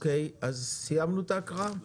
סיימנו את ההקראה?